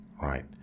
right